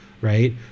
right